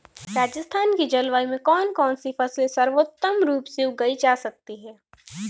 राजस्थान की जलवायु में कौन कौनसी फसलें सर्वोत्तम रूप से उगाई जा सकती हैं?